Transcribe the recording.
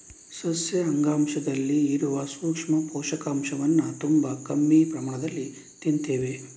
ಸಸ್ಯ ಅಂಗಾಂಶದಲ್ಲಿ ಇರುವ ಸೂಕ್ಷ್ಮ ಪೋಷಕಾಂಶವನ್ನ ತುಂಬಾ ಕಮ್ಮಿ ಪ್ರಮಾಣದಲ್ಲಿ ತಿಂತೇವೆ